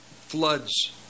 floods